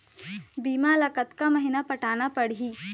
बीमा ला कतका महीना पटाना पड़ही?